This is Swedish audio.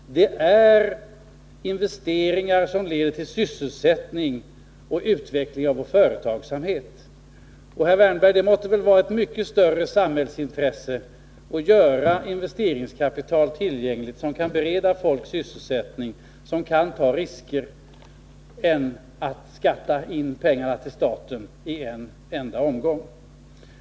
Det är investeringar som leder till sysselsättning och utveckling av vår företagsamhet som främst behövs. Det måste väl, herr Wärnberg, vara ett mycket större samhällsintresse att göra investeringskapital tillgängligt för att bereda folk sysselsättning och för att kunna ta risker än att skatta in pengarna till staten i en enda omgång.